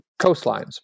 coastlines